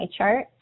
MyChart